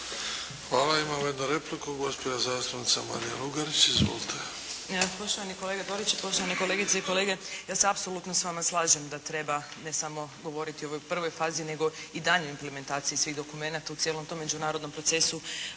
Hvala. Imamo jednu repliku, gospođa zastupnica Marija Lugarić. Izvolite.